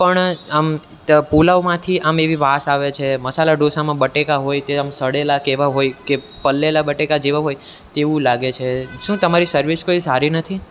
પણ આમ પુલાવ માંથી આમ એવી વાસ આવે છે મસાલા ઢોંસામાં બટેકા હોય તે આમ સળેલા કે એવા હોય કે પલળેલા બટેકા જેવા હોય તેવું લાગે છે શું તમારી સર્વિસ કોઈ સારી નથી